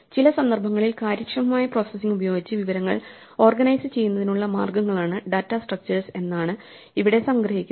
ചില സന്ദർഭങ്ങളിൽ കാര്യക്ഷമമായ പ്രോസസ്സിംഗ് ഉപയോഗിച്ച് വിവരങ്ങൾ ഓർഗനൈസുചെയ്യുന്നതിനുള്ള മാർഗങ്ങളാണ് ഡാറ്റ സ്ട്രക്ച്ചഴ്സ് എന്നാണ് ഇവിടെ സംഗ്രഹിക്കുന്നത്